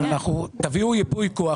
תביאו ייפוי כוח.